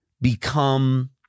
become